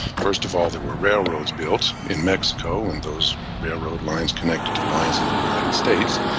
first of all there were railroads built in mexico, and those railroad lines connected to lines in the united states,